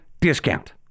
discount